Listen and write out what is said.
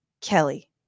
Kelly